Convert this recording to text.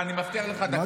שתי נקודות קצרות.